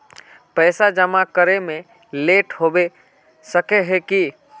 पैसा जमा करे में लेट होबे सके है की?